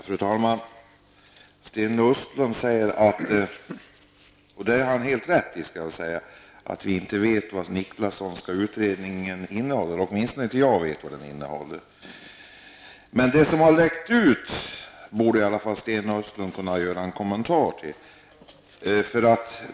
Fru talman! Sten Östlund säger att, vilket han har rätt i, vi inte vet vad Nicklassonska utredningen innehåller. Jag vet åtminstone inte vad den innehåller. Det som har läckt ut borde i alla fall Sten Östlund kunna kommentera.